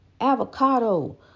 Avocado